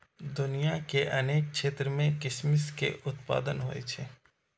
दुनिया के अनेक क्षेत्र मे किशमिश के उत्पादन होइ छै